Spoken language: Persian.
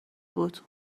بود